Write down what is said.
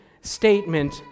statement